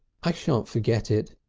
i shan't forget it,